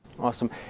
Awesome